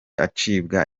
acibwa